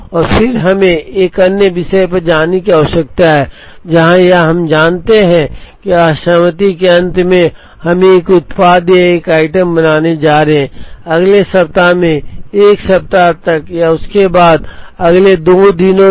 और फिर हमें एक अन्य विषय पर जाने की आवश्यकता है जहां हम जानते हैं कि असहमति के अंत में हम एक उत्पाद या एक आइटम बनाने जा रहे हैं अगले सप्ताह में 1 सप्ताह या उसके बाद या अगले 2 दिनों तक जो भी चक्र समय है कि हम बाहर बात कर रहे हैं हम इस उत्पाद को बनाने जा रहे हैं